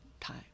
time